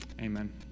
Amen